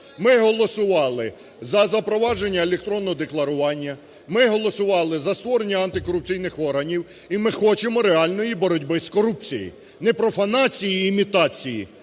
ми голосували за запровадження електронного декларування, ми голосували за створення антикорупційних органів, і ми хочемо реальної боротьби з корупцією. Не профанації і імітації,